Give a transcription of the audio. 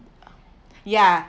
yeah